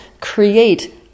create